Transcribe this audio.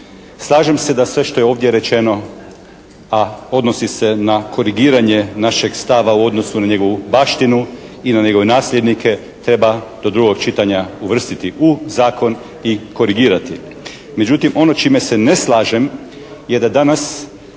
Slažem se da sve što je ovdje rečeno, a odnosi se na korigiranje našeg stava u odnosu na njegovu baštinu i na njegove nasljednike treba do drugog čitanja uvrstiti u zakon i korigirati. Međutim ono čime se ne slažem je da danas